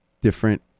different